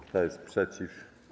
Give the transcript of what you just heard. Kto jest przeciw?